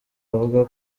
avuga